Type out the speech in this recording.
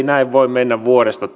näin voi mennä vuodesta